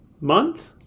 month